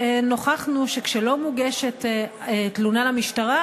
שנוכחנו שכשלא מוגשת תלונה למשטרה,